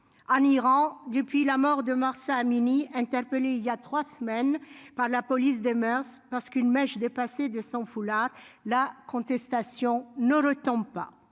en Iran depuis la mort de mars à un mini-interpellé il y a 3 semaines par la police des moeurs parce qu'une mèche dépassé de 100 foulard, la contestation ne retombe pas,